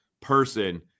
person